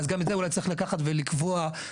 אז גם את זה אולי צריך לקחת ולקבוע מועדים,